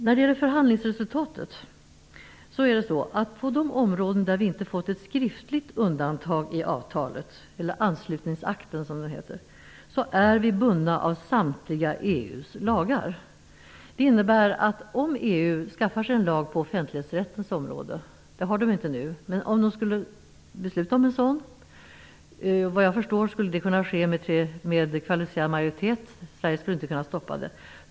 När det gäller förhandlingsresultatet är det så, att på de områden där vi inte fått ett skriftligt undantag i avtalet -- eller anslutningsakten, som den heter -- är vi bundna av samtliga EU:s lagar. EU har för närvarande inte någon lag på offentlighetsrättens område, men vad jag förstår kan man besluta om en sådan med en kvalificerad majoritet som Sverige inte skulle kunna stoppa.